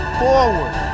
forward